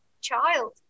child